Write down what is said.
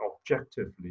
objectively